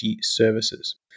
services